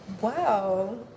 wow